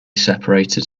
separated